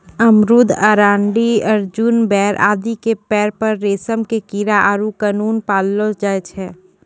अमरूद, अरंडी, अर्जुन, बेर आदि के पेड़ पर रेशम के कीड़ा आरो ककून पाललो जाय छै